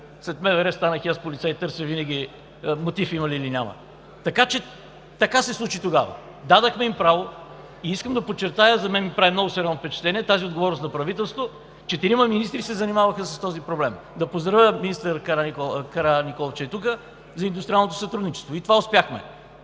след МВР, станах и аз полицай, и винаги търся има или няма мотив. Така че така се случи тогава – дадохме им право. Искам да подчертая. На мен ми прави много сериозно впечатление тази отговорност на правителството – четирима министри се занимаваха с този проблем. Да поздравя министър Караниколов, че е тук, за индустриалното сътрудничество! И това успяхме!